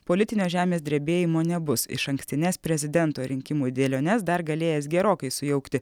politinio žemės drebėjimo nebus išankstines prezidento rinkimų dėliones dar galėjęs gerokai sujaukti